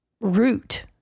root